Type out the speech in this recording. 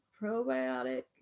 probiotic